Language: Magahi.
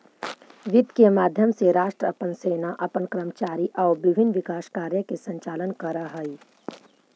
वित्त के माध्यम से राष्ट्र अपन सेना अपन कर्मचारी आउ विभिन्न विकास कार्य के संचालन करऽ हइ